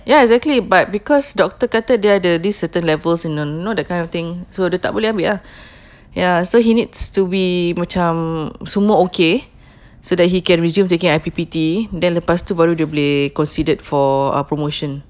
ya exactly but because doctor kata dia ada this certain levels y~ you know that kind of thing so dia tak boleh ambil ah ya so he needs to be macam semua okay so that he can resume taking I_P_P_T then lepas tu baru dia boleh considered for uh promotion